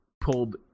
pulled